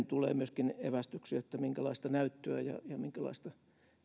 tulee myöskin evästyksiä siihen minkälaista näyttöä ja ja minkälaista